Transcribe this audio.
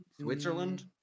Switzerland